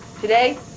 Today